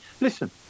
Listen